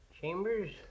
Chambers